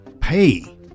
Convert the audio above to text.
pay